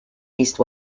least